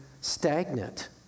stagnant